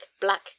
black